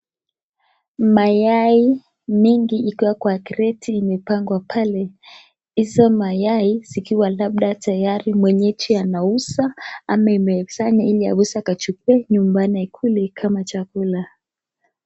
Mayai mingi ikiwa kwa kreti imepangwa pale, hizo mayai zikiwa labda tayari, mwenyeji anauza ama imekusanywa ili aweze akachukue nyumbani aikule kama chakula.